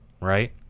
right